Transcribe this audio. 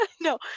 no